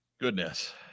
Goodness